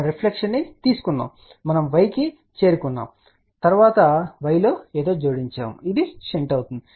మనము రిఫ్లెక్షన్ ను తీసుకున్నాము మనము y కి చేరుకున్నాము మరియు తరువాత మనము y లో ఏదో జోడించాము ఇది షంట్ అవుతుంది